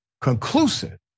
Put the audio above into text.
conclusive